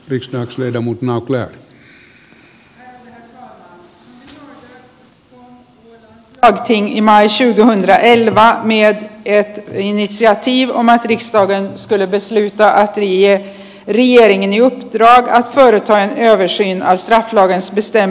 yks kaks jermu sukupuolielämään ja kenelle ei hyvää mieltä että ihmisiä siivoamaan edistävien televisiota lie vikainen juttu jaana virtanen hävisi naisten flores pisteen